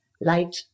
light